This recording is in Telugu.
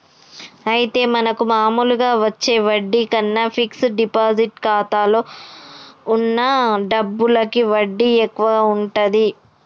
అయితే మనకు మామూలుగా వచ్చే వడ్డీ కన్నా ఫిక్స్ డిపాజిట్ ఖాతాలో ఉన్న డబ్బులకి వడ్డీ ఎక్కువగా ఉంటుంది